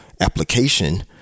application